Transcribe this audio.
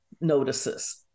notices